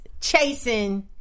chasing